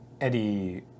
Eddie